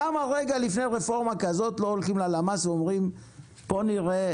למה רגע לפני רפורמה כזאת לא הולכים ללמ"ס ואומרים פה נראה